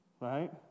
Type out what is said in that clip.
right